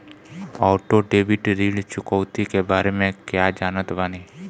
Auto debit ऋण चुकौती के बारे में कया जानत बानी?